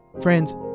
Friends